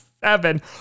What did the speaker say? seven